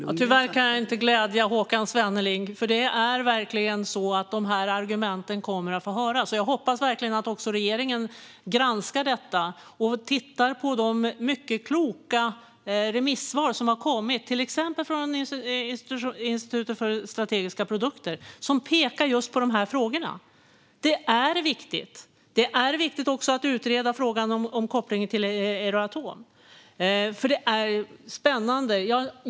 Fru talman! Tyvärr kan jag inte glädja Håkan Svenneling, för detta är argument som kommer att höras. Jag hoppas verkligen att också regeringen granskar detta och tittar på de mycket kloka remissvar som har kommit, till exempel från Inspektionen för strategiska produkter, som pekar på just dessa frågor. Detta är viktigt. Det är viktigt att också utreda frågan om kopplingen till Euratom. Detta är spännande.